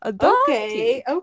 Okay